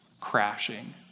crashing